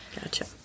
Gotcha